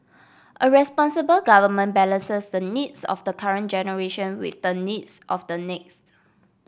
a responsible government balances the needs of the current generation with the needs of the next